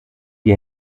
die